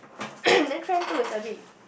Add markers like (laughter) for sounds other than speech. (noise) then friend two is a bit